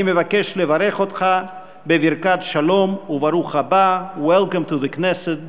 אני מבקש לברך אותך בברכת שלום וברוך הבאWelcome to the Knesset,